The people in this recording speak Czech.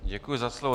Děkuji za slovo.